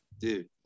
dude